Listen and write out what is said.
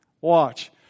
Watch